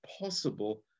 possible